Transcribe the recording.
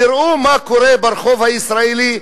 תראו מה קורה ברחוב הישראלי,